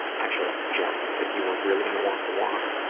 actually, jill, if you were really going to walk the walk,